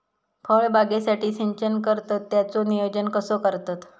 फळबागेसाठी सिंचन करतत त्याचो नियोजन कसो करतत?